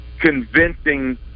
convincing